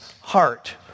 heart